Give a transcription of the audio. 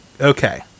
Okay